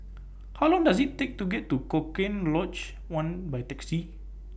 How Long Does IT Take to get to Cochrane Lodge one By Taxi